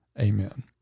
amen